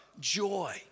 joy